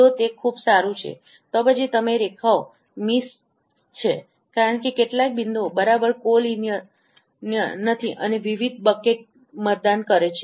જો તે ખૂબ સારું છે તો પછી તમે રેખાઓ ચૂકી છે કારણ કે કેટલાક બિંદુઓ બરાબર કો લિનિયર નથી અને વિવિધ બકેટ મતદાન કરે છે